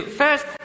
first